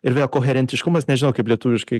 ir vėl koherentiškumas nežinau kaip lietuviškai